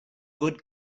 good